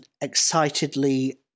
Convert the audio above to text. excitedly